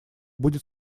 будет